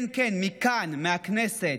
כן, כן, מכאן, מהכנסת.